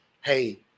Hey